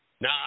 Now